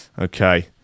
Okay